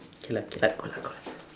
K lah K lah go lah go lah